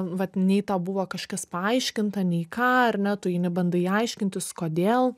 vat nei tau buvo kažkas paaiškinta nei ką ar ne tu eini bandai aiškintis kodėl